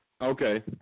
Okay